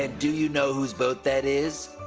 ah do you know whose boat that is?